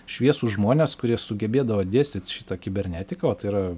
šviesūs žmonės kurie sugebėdavo dėstyt šitą kibernetiką o tai yra